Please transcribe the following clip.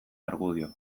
argudio